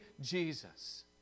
Jesus